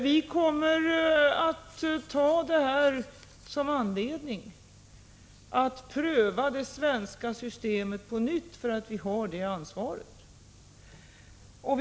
Vi kommer att ta det inträffade som anledning till att pröva det svenska systemet på nytt, eftersom vi har ansvaret för att göra det.